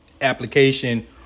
application